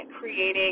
creating